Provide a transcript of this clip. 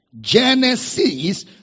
Genesis